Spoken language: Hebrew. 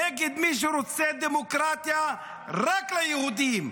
נגד מי שרוצה דמוקרטיה רק ליהודים.